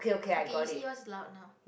okay you see yours is loud now